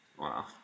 Wow